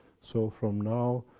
so from now.